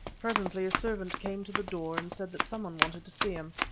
presently a servant came to the door and said that some one wanted to see him.